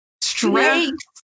strength